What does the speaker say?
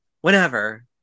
whenever